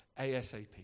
ASAP